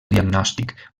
diagnòstic